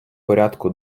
порядку